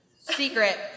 Secret